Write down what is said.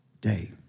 day